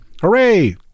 Hooray